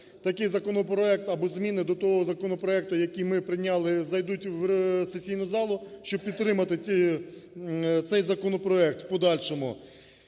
такий законопроект або зміни до того законопроекту, які ми прийняли зайдуть в сесійну залу, щоб підтримати цей законопроект в подальшому.